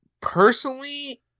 personally